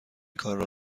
کار